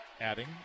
adding